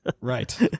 Right